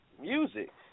music